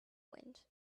wind